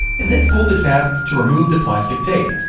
and then pull the tab to remove the plastic tape.